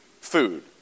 food